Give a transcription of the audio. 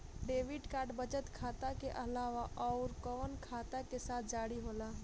Debit card बचत खाता के अलावा अउरकवन खाता के साथ जारी होला?